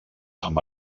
amb